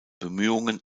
bemühungen